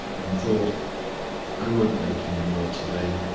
and thought i won't make any more today.